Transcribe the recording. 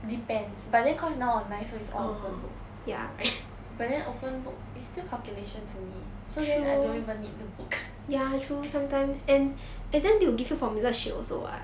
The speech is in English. depends but then cause now online so it's all open book but then open book is still calculations only so I don't even need the book